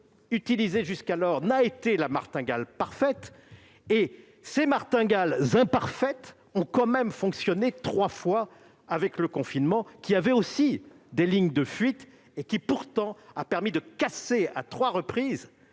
utilisés jusqu'alors n'a été la martingale parfaite. Et ces martingales imparfaites ont tout de même fonctionné trois fois : le confinement, qui avait aussi des lignes de fuite, a pourtant permis de casser à trois reprises